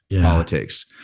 politics